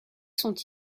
sont